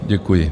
Děkuji.